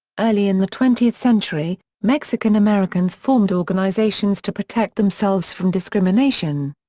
early in the twentieth century, mexican americans formed organizations to protect themselves from discrimination.